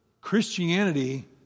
Christianity